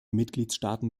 mitgliedstaaten